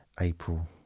April